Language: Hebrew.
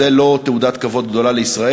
זאת לא תעודת כבוד לישראל.